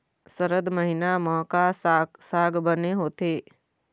सरद महीना म का साक साग बने होथे?